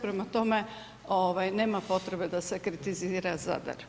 Prema tome ove nema potrebe da se kritizira Zadar.